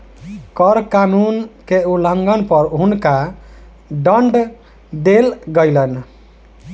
कर कानून के उल्लंघन पर हुनका दंड देल गेलैन